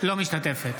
אינה משתתפת